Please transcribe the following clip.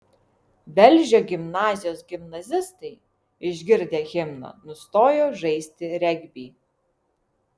velžio gimnazijos gimnazistai išgirdę himną nustojo žaisti regbį